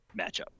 matchup